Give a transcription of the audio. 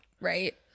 right